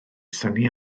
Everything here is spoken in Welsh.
synnu